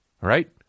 right